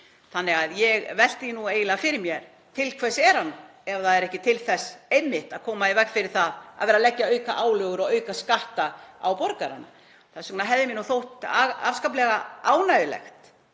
Þannig að ég velti því nú eiginlega fyrir mér: Til hvers er hann ef það er ekki til þess einmitt að koma í veg fyrir það að vera að leggja aukaálögur og aukaskatta á borgarana? Þess vegna hefði mér þótt afskaplega ánægjulegt